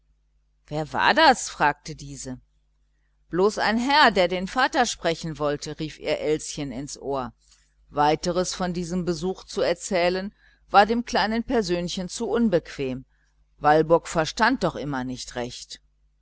wer war da fragte diese bloß ein herr der den vater sprechen wollte rief ihr elschen ins ohr weiteres von diesem besuch zu erzählen war dem kleinen persönchen zu unbequem walburg verstand doch immer nicht recht